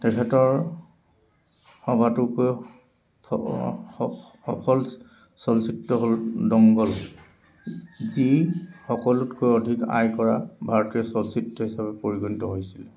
তেখেতৰ সবাতোকৈ সফল চলচ্চিত্ৰ হ'ল দঙ্গল যি সকলোতকৈ অধিক আয় কৰা ভাৰতীয় চলচ্চিত্ৰ হিচাপে পৰিগণিত হৈছিল